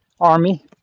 army